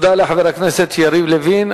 תודה לחבר הכנסת יריב לוין.